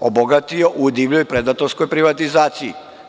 obogatio u divljoj, predatorskoj privatizaciji.